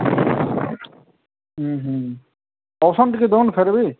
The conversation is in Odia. ଅପସନ୍ ଟିକେ ଦେଉନ୍ ଫିର୍ ବି